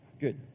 Good